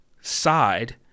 side